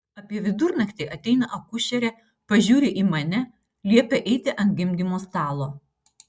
apie vidurnaktį ateina akušerė pažiūri į mane liepia eiti ant gimdymo stalo